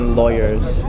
lawyers